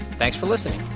thanks for listening